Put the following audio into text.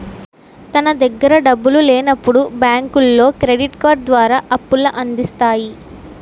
తన దగ్గర డబ్బులు లేనప్పుడు బ్యాంకులో క్రెడిట్ కార్డు ద్వారా అప్పుల అందిస్తాయి